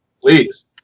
Please